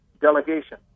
delegation